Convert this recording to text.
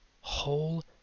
whole